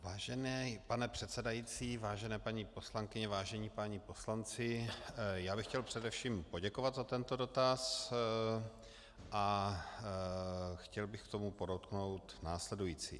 Vážený pane předsedající, vážené paní poslankyně, vážení páni poslanci, chtěl bych především poděkovat za tento dotaz a chtěl bych k tomu podotknout následující.